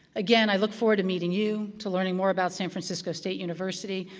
again, i look forward to meeting you, to learning more about san francisco state university,